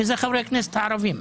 כי זה חברי הכנסת ערבים.